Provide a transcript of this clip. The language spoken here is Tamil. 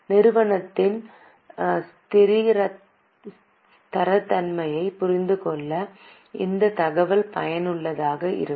நிறுவனத்தின் ஸ்திரத்தன்மையைப் புரிந்து கொள்ள இந்த தகவல் பயனுள்ளதாக இருக்கும்